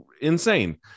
insane